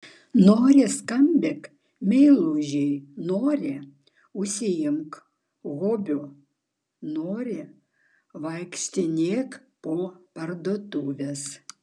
nori skambink meilužiui nori užsiimk hobiu nori vaikštinėk po parduotuves